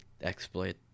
exploit